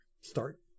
start